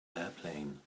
airplane